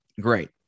great